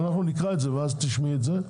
אנחנו נקרא את זה ואז תשמעי את זה,